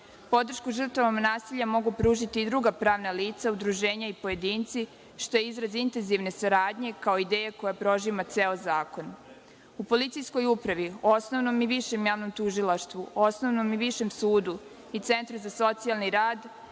Podršku žrtvama nasilja mogu pružiti i druga pravna lica, udruženja i pojedinci, što je izraz intenzivne saradnje, kao ideja koja prožima ceo zakon.U policijskoj upravi, osnovnom i višem javnom tužilaštvu, osnovnom i višem sudu i centru za socijalni rad